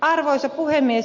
arvoisa puhemies